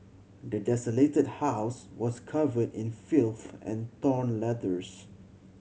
the desolated house was covered in filth and torn letters